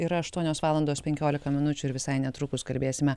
yra aštuonios valandos penkiolika minučių ir visai netrukus kalbėsime